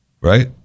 Right